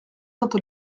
sainte